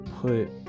put